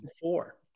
four